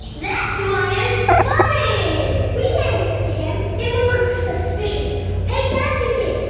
that's why it's funny! we can't give it to him. it will look suspicious. hey sassy kids,